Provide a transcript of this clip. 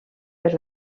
per